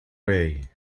way